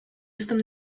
jestem